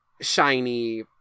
shiny